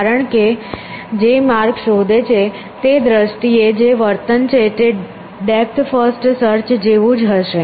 કારણ કે જે માર્ગ શોધે છે તે દ્રષ્ટિએ જે વર્તન છે તે ડેપ્થ ફર્સ્ટ સર્ચ જેવું જ હશે